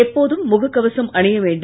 எப்போதும் முகக் கவசம் அணிய வேண்டும்